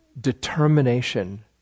determination